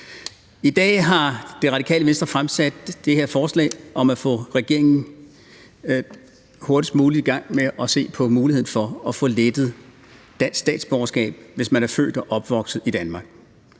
Det Radikale Venstre har fremsat det her forslag om hurtigst muligt at få regeringen i gang med at se på muligheden for at få lettet det at få dansk statsborgerskab, hvis man er født og opvokset i Danmark.